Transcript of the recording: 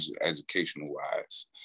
educational-wise